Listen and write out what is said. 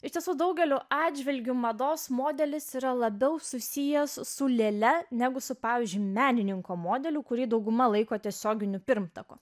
iš tiesų daugeliu atžvilgių mados modelis yra labiau susijęs su lėle negu su pavyzdžiui menininko modeliu kurį dauguma laiko tiesioginiu pirmtaku